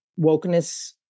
wokeness